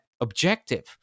objective